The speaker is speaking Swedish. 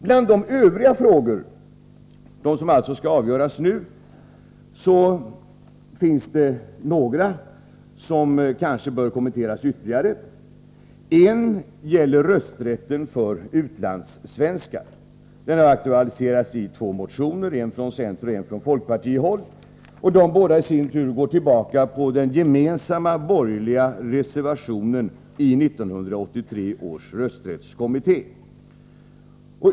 Bland de övriga frågor som skall avgöras nu finns det några som bör kommenteras ytterligare. En gäller rösträtten för utlandssvenskar. Den har aktualiserats i två motioner, en från centern och en från folkpartiet, som båda går tillbaka på den gemensamma borgerliga reservationen i 1983 års rösträttskommitté.